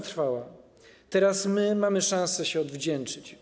Teraz mamy szansę się odwdzięczyć.